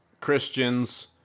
Christians